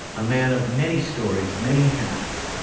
a man of many stories, many hats,